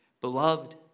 Beloved